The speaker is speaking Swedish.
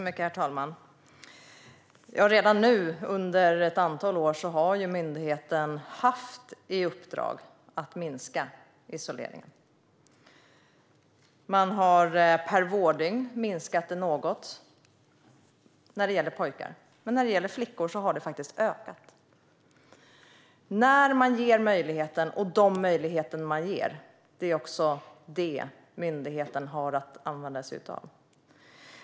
Herr talman! Under ett antal år har myndigheten haft i uppdrag att minska antalet fall av isolering. Man har per vårddygn minskat dem något när det gäller pojkar, men för flickor har de faktiskt ökat. Det är denna möjlighet som myndigheten använder.